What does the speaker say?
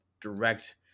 direct